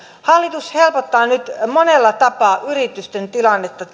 hallitus helpottaa nyt monella tapaa yritysten tilannetta